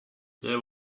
there